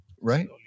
right